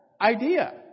idea